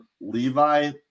Levi